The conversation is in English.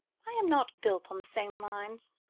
i am not built on the same lines.